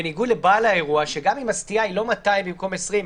בניגוד לבעל האירוע שגם אם הסטייה היא לא 200 במקום 20,